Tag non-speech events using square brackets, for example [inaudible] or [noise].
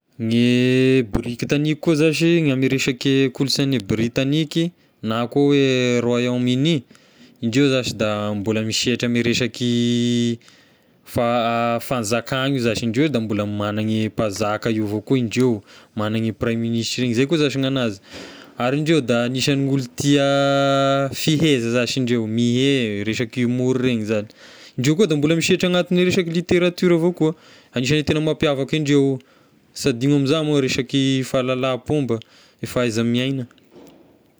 Gne briktania koa zashy ny ame resaky kolonsaina any Britaniky na koa hoe Royaume-Uni, indreo zashy da mbola misy sehetry ame resaky faha- [hesitation] fanzakana io zashy, indreo da mbola manany e mpanzaka io avao koa indreo, manany e praiministra igny, zay koa zashy ny anazy, [noise] ary indreo da anisan'ny olo tia fiheza zashy indreo, mihehy resaky humour regny zagny, indreo koa da mbola misehatra anaty ny resaky literatiora avao koa anisan'ny tegna mampiavaka indreo io, sy adigno amizany moa resaky fahalalam-pomba, ny fahaiza miaigna.